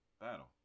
battle